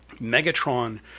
Megatron